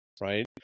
right